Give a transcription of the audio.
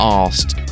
asked